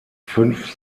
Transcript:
fünf